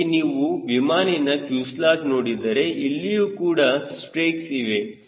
ಅದೇ ರೀತಿ ನೀವು ವಿಮಾನಿನ ಫ್ಯೂಸೆಲಾಜ್ ನೋಡಿದರೆ ಇಲ್ಲಿಯೂ ಕೂಡ ಸ್ಟ್ರೇಕ್ಸ್ ಇವೆ